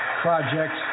Projects